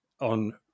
on